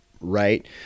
right